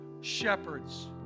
shepherds